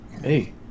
Hey